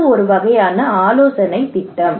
இது ஒரு வகையான ஆலோசனை திட்டம்